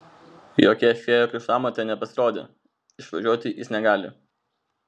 jokia fėja krikštamotė nepasirodė išvažiuoti jis negali